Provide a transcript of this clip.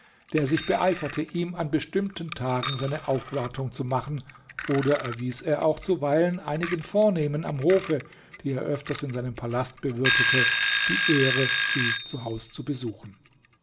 der sich beeiferte ihm an bestimmten tagen seine aufwartung zu machen oder erwies er auch zuweilen einigen vornehmen am hofe die er öfters in seinem palast bewirtete die ehre sie zu haus zu besuchen